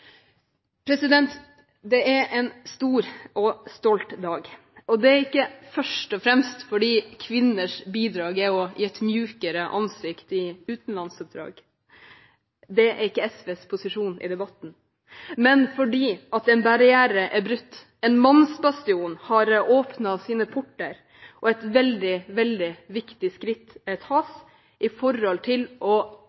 Det er en stor og stolt dag, og det er ikke først og fremst fordi kvinners bidrag er å gi et mykere ansikt i utenlandsoppdrag – det er ikke SVs posisjon i debatten – men fordi en barriere er brutt, en mannsbastion har åpnet sine porter, og et veldig viktig skritt tas